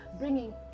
bringing